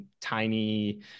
tiny